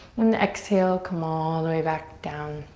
and exhale, come all the way back down.